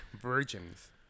virgins